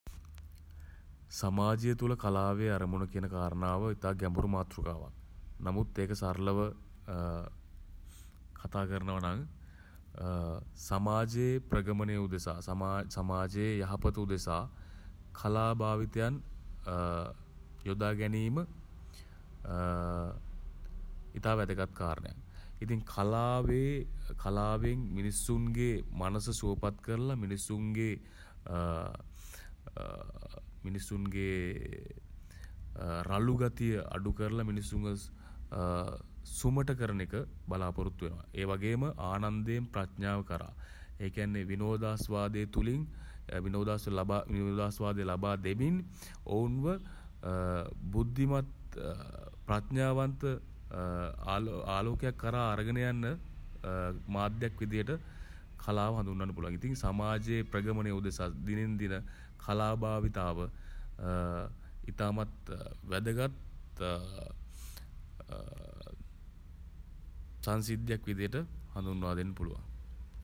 සමාජය තුළ කලාවේ අරමුණ කියන කාරණාව ඉතා ගැඹුරු මාතෘකාවක්. නමුත් ඒක සරලව කතා කරනවා නම් සමාජයේ ප්‍රගමනය උදෙසා සමාජයේ යහපත උදෙසා කලා භාවිතයන් යොදා ගැනීම ඉතා වැදගත් කාරණයක්. ඉතින් කලාවේ කලාවෙන් මිනිස්සුන්ගේ මනස සුවපත් කරලා මිනිස්සුන්ගේ මිනිස්සුන්ගේ රළු ගතිය අඩු කරලා මිනිස්සුන්ව සුමට කරන එක බලාපොරොත්තු වෙනවා. ඒ වගේම ආනන්දයෙන් ප්‍රඥාව කරා ඒ කියන්නේ විනෝදාස්වාදය තුළින් විනෝදාස්වාදය ලබා දෙමින් ඔවුන්ව බුද්ධිමත් ප්‍රඥාවන්ත ආලෝකයක් කරා අරගෙන යන්න මාධ්‍යක් විදියට කලාව හඳුන්වන්න පුළුවන්. සමාජයේ ප්‍රගමනය උදෙසා දිනෙන් දින කලා භාවිතාව ඉතාමත් වැදගත් සංසිද්ධියක් විදිහට හඳුන්වා දෙන්න පුළුවන්.